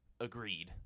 Agreed